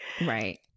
right